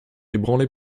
ébranlé